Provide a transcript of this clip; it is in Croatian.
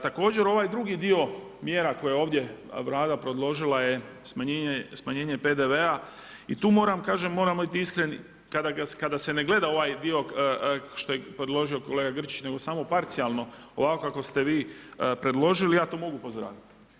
Također, ovaj drugi dio mjera koje ovdje, Vlada preložila je, smanjenje PDV-a, i tu moram, kažemo moramo biti iskreni, kada se ne gleda ovaj dio, što je predložio kolega Grčić, nego samo parcijalno ovako kako ste vi predložili, ja to mogu pozdraviti.